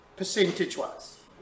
percentage-wise